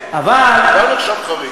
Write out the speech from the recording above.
על נושא כל כך חשוב,